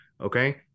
okay